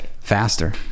faster